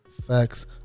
Facts